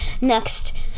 Next